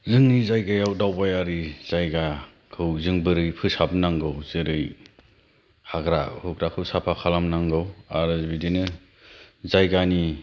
जोंनि जायगायाव दावबायारि जायगाखौ जों बोरै फोसाबनांगौ जेरै हाग्रा हुग्राखौ साफा खालामनांगौ आरो बिदिनो जायगानि